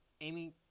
Amy